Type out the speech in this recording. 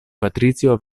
patrizio